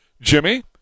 Jimmy